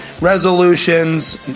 resolutions